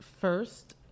first